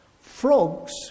Frogs